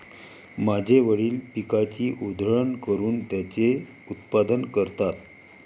माझे वडील पिकाची उधळण करून त्याचे उत्पादन करतात